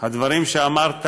הדברים שאמרת